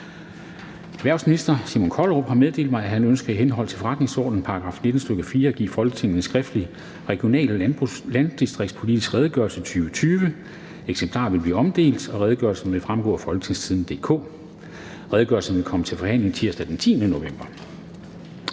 Erhvervsministeren (Simon Kollerup) har meddelt mig, at han ønsker i henhold til forretningsordenens § 19, stk. 4, at give Folketinget en skriftlig Regional- og landdistriktspolitisk redegørelse 2020. (Redegørelse nr. 7). Eksemplarer vil blive omdelt, og redegørelsen vil fremgå af www.folketingstidende.dk. Redegørelsen vil komme til forhandling tirsdag den 10. november